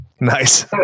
Nice